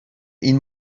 این